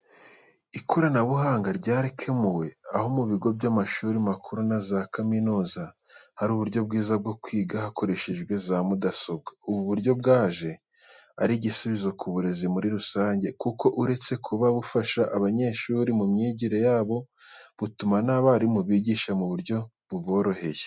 Ikoranabuhanga ryaragakemuye, aho mu bigo by'amashuri makuru na za kaminuza hari uburyo bwiza bwo kwiga hakoreshejwe za mudasobwa. Ubu buryo bwaje ari igisubizo ku burezi muri rusange kuko uretse kuba bufasha abanyeshuri mu myigire yabo, butuma n'abarimu bigisha mu buryo buboroheye.